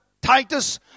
Titus